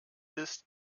ist